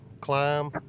climb